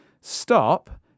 stop